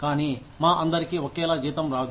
కానీ మా అందరికీ ఒకేలా జీతం రాదు